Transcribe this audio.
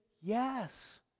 Yes